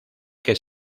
que